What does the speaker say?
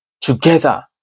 Together